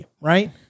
right